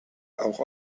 auch